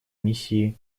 миссии